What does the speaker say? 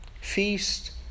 Feast